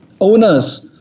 owners